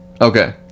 Okay